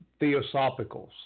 theosophicals